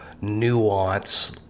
nuance